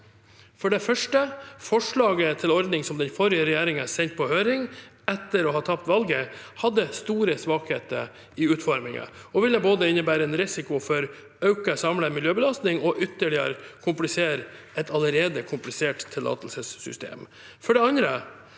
For det første: Forslaget til ordning som den forrige regjeringen sendte på høring etter å ha tapt valget, hadde store svakheter i utformingen og ville både innebære en risiko for økt samlet miljøbelastning og ytterligere komplisere et allerede komplisert tillatelsessystem.